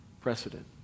precedent